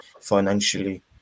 financially